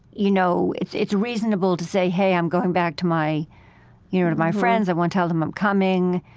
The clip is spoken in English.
you know, it's it's reasonable to say, hey, i'm going back to my you know to my friends. i want to tell them i'm coming.